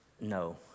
no